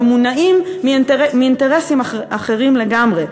שמונעים מאינטרסים אחרים לגמרי.